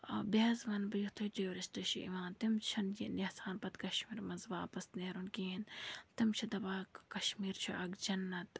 بیٚیہِ حظ وَنہٕ بہٕ یُتھُے ٹیوٗرِسٹ چھِ یِوان تِم چھِنہٕ یَژھان پَتہٕ کَشمیٖر منٛز واپَس نیرُن کِہیٖنۍ تِم چھِ دَپان کَشمیٖر چھُ اَکھ جنت